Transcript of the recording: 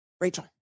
Rachel